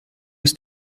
ist